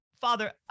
father